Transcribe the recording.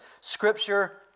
Scripture